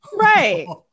Right